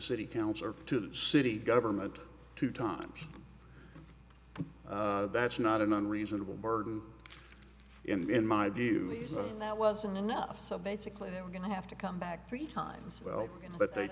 city council or to the city government two times that's not an unreasonable burden in my view that wasn't enough so basically they were going to have to come back three times